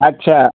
अच्छा